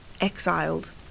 exiled